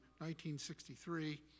1963